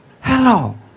Hello